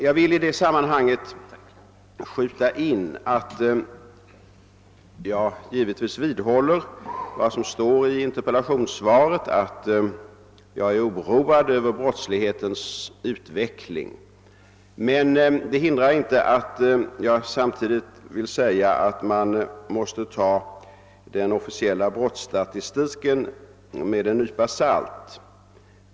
Jag vill här skjuta in att jag givetvis vidhåller vad som står i interpellationssvaret, att jag är oroad över brottslighetens utveckling. Men det hindrar inte ett jag samtidigt vill säga att man måste ta den officiella brottsstatistiken med en nypa salt.